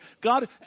God